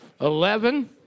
eleven